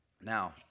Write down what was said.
Now